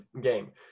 game